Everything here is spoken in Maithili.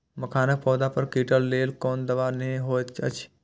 मखानक पौधा पर कीटक लेल कोन दवा निक होयत अछि?